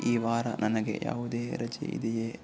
ಈ ವಾರ ನನಗೆ ಯಾವುದೇ ರಜೆ ಇದೆಯೇ